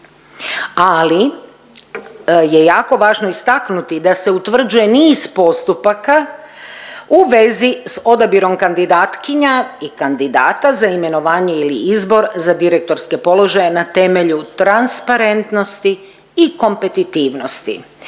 Ali je jako važno istaknuti, da se utvrđuje niz postupaka u vezia sa odabirom kandidatkinja i kandidata za imenovanje ili izbor za direktorske položaje na temelju transparentnosti i kompetitivnosti.